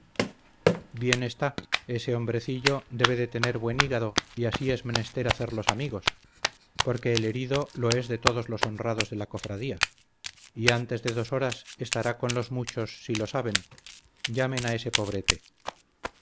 bien está ese hombrecillo debe de tener buen hígado y así es menester hacerlos amigos porque el herido lo es de todos los honrados de la cofradía y antes de dos horas estará con los muchos si lo saben llamen a ese pobrete